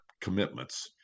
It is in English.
commitments